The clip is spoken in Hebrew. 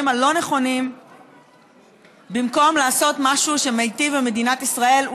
הלא-נכונים במקום לעשות משהו שמיטיב עם מדינת ישראל.